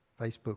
Facebook